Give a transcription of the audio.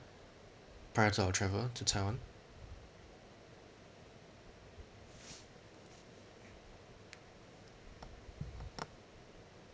prior to our travel to taiwan